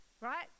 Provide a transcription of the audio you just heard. right